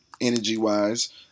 energy-wise